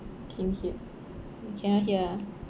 can you hear you cannot hear ah